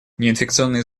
неинфекционные